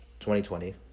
2020